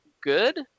good